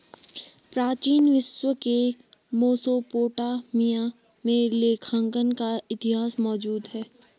प्राचीन विश्व के मेसोपोटामिया में लेखांकन का इतिहास मौजूद है